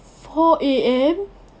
four A_M